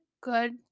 good